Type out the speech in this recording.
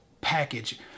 package